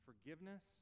Forgiveness